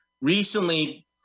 recently